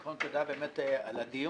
קודם, תודה באמת על הדיון.